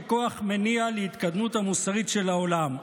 ככוח מניע להתקדמות המוסרית של העולם.